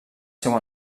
seu